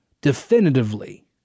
definitively